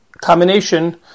combination